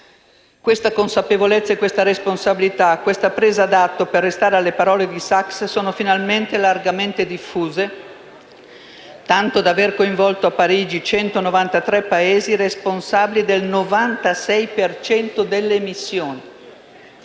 Questa consapevolezza e questa responsabilità - questa presa d'atto, per restare alle parole di Sachs - sono finalmente largamente diffuse, tanto da aver coinvolto a Parigi 193 Paesi, responsabili del 96 per cento delle emissioni.